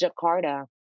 Jakarta